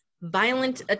violent